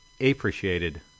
appreciated